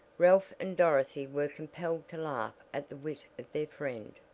ralph and dorothy were compelled to laugh at the wit of their friend.